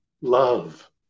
love